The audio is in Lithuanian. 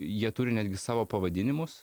jie turi netgi savo pavadinimus